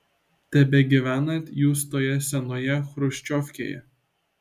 tebegyvenat jūs toje senoje chruščiovkėje